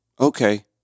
Okay